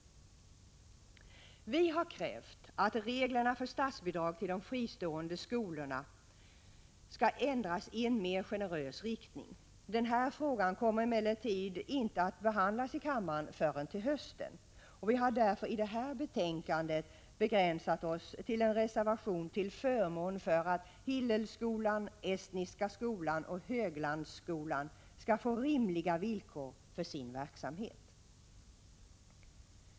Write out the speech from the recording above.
Vi har krävt att reglerna för statsbidrag till de fristående skolorna skall ändras i en mer generös riktning. Denna fråga kommer emellertid inte att behandlas i kammaren förrän i höst. Vi har därför i detta betänkande begränsat oss till en reservation till förmån för att Hillelskolan, Estniska skolan och Höglandsskolan skall få rimliga villkor för sin verksamhet.